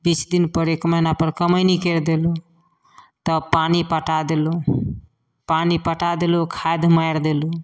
बीस दिनपर एक महिनापर कमैनी करि देलहुँ तब पानि पटा देलहुँ पानि पटा देलहुँ खाद मारि देलहुँ